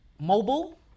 mobile